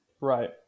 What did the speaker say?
Right